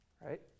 right